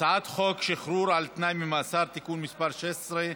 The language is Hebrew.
הצעת חוק שחרור על תנאי ממאסר (תיקון מס' 16),